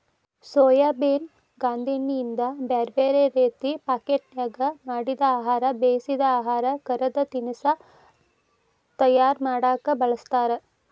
soybean ಗಾಂದೇಣ್ಣಿಯಿಂದ ಬ್ಯಾರ್ಬ್ಯಾರೇ ರೇತಿ ಪಾಕೇಟ್ನ್ಯಾಗ ಮಾಡಿದ ಆಹಾರ, ಬೇಯಿಸಿದ ಆಹಾರ, ಕರದ ತಿನಸಾ ತಯಾರ ಮಾಡಕ್ ಬಳಸ್ತಾರ